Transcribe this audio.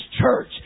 church